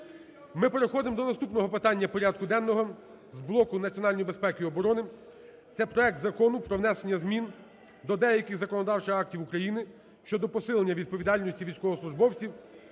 Ми переходимо до наступного питання порядку денного, блоку національної безпеки і оборони. Це проект Закону про внесення змін до деяких законодавчих актів України щодо посилення відповідальності військовослужбовців